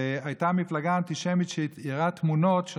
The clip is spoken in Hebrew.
והייתה מפלגה אנטישמית שתיארה תמונות של